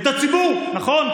את הציבור, נכון?